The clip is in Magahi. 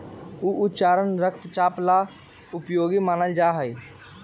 ऊ उच्च रक्तचाप ला उपयोगी मानल जाहई